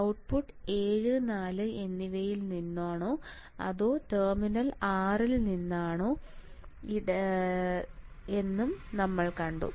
output 7 4 എന്നിവയിൽ നിന്നാണോ അതോ ടെർമിനൽ 6 നും നിലത്തിനും ഇടയിൽ ആണോ എന്നും നമ്മൾ കണ്ടു